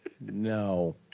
No